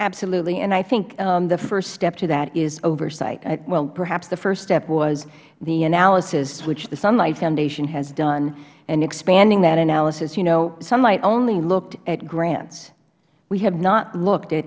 absolutely and i think the first step to that is oversight well perhaps the first step was the analysis which the sunlight foundation has done in expanding that analysis sunlight only looked at grants we have not looked at